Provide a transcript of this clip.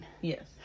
Yes